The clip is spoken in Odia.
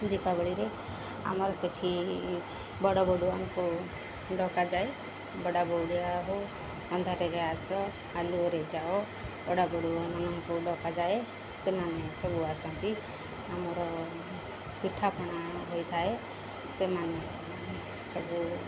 ଦୀପାବଳିରେ ଆମର ସେଠି ବଡ଼ ବଡ଼ୁଆଙ୍କୁ ଡକାଯାଏ ବଡ଼ ବଡ଼ିଆ ହେ ଅନ୍ଧାରରେ ଆସ ଆଲୁଅରେ ଯାଅ ବଡ଼ା ବଡ଼ୁଆମାନଙ୍କୁ ଡକାଯାଏ ସେମାନେ ସବୁ ଆସନ୍ତି ଆମର ପିଠାପଣା ହୋଇଥାଏ ସେମାନେ ସବୁ